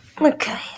Okay